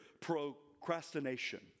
Procrastination